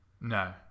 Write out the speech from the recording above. no